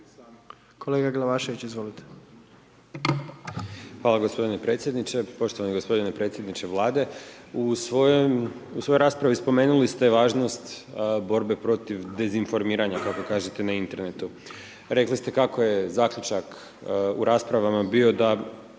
Bojan (Nezavisni)** Hvala gospodine predsjedniče, poštovani gospodine predsjedniče Vlade, u svojoj raspravi spomenuli ste važnost borbe protiv dezinformiranja kako kažete na internetu, rekli ste kako je zaključak u raspravama bio da